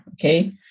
okay